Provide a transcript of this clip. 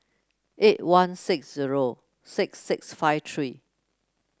eight one six zero six six five three